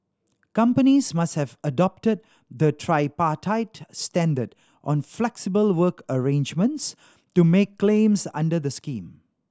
companies must have adopted the tripartite standard on flexible work arrangements to make claims under the scheme